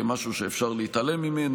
משהו שאפשר להתעלם ממנו,